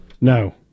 No